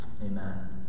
Amen